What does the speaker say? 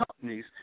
companies